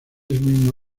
mismo